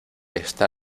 está